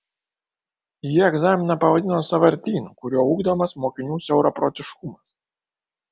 ji egzaminą pavadino sąvartynu kuriuo ugdomas mokinių siauraprotiškumas